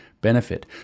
benefit